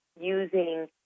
using